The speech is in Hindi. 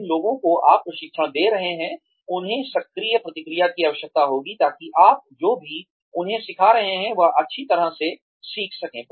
जिन लोगों को आप प्रशिक्षण दे रहे हैं उन्हें सक्रिय प्रतिक्रिया की आवश्यकता होगी ताकि आप जो भी उन्हें सिखा रहे हैं वह अच्छी तरह से सीख सकें